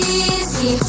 easy